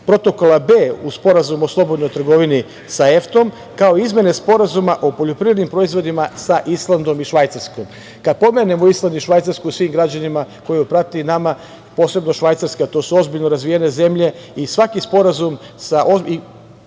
Protokola B u Sporazumu o slobodnoj trgovini sa EFTA-om, kao i izmene Sporazuma o poljoprivrednim proizvodima sa Islandom i Švajcarskom. Kada pomenemo Island i Švajcarsku svim građanima koji ovo prate i nama, posebno Švajcarska, to su ozbiljno razvijene zemlje, i svaki sporazum je